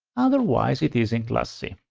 otherwise, it is in class c.